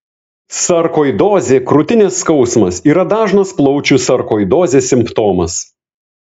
sarkoidozė krūtinės skausmas yra dažnas plaučių sarkoidozės simptomas